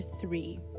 three